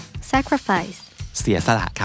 Sacrifice